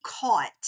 caught